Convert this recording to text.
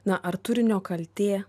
na ar turinio kaltė